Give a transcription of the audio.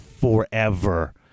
forever